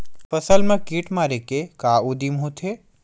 फसल मा कीट मारे के का उदिम होथे?